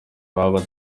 baba